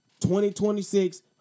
2026